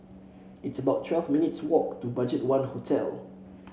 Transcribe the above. it's about twelve minutes' walk to BudgetOne Hotel